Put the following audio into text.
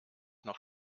noch